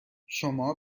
شما